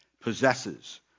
possesses